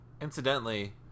Incidentally